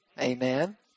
Amen